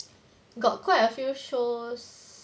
got quite a few shows